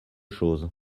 chose